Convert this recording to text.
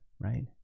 right